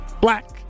Black